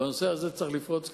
ובנושא הזה צריך לפרוץ קדימה,